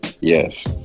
Yes